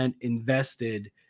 invested